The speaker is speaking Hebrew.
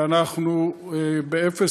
ואנחנו באפס